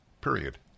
period